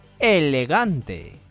Elegante